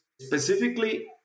specifically